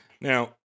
now